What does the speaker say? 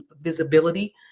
visibility